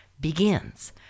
begins